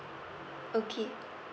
okay